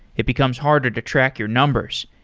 it becomes harder to track your numbers.